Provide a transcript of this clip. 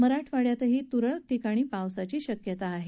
मराठवाङ्यातही तुरळक ठिकाणी पावसाची शक्यता आहे